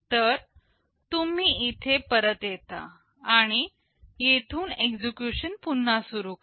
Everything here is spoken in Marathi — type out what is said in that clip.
तर तुम्ही इथे परत येता आणि येथून एक्झिक्युशन पुन्हा सुरू करता